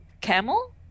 Camel